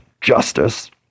justice